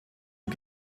und